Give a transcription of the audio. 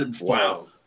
Wow